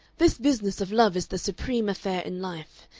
this business of love is the supreme affair in life,